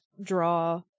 draw